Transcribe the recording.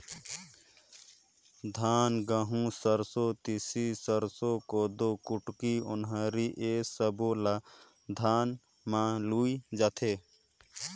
धान, गहूँ, सरसो, तिसी, सरसो, कोदो, कुटकी, ओन्हारी ए सब्बो ल धान म लूए जाथे